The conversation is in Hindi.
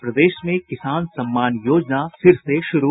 और प्रदेश में किसान सम्मान योजना फिर से शुरू